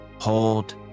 hold